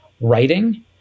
writing